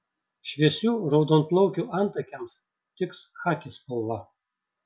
šviesių raudonplaukių antakiams tiks chaki spalva